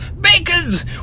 Bakers